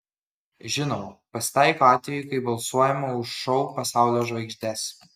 žinoma pasitaiko atvejų kai balsuojama už šou pasaulio žvaigždes